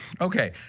Okay